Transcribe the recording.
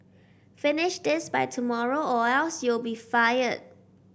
finish this by tomorrow or else you'll be fired